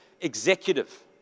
executive